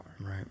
Right